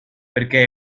perché